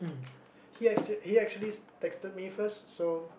he actually he actually texted me first so